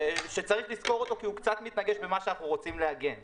שצריך לזכור אותו כי הוא קצת מתנגש במה שאנחנו רוצים להגן עליו.